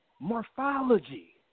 morphology